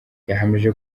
yahamije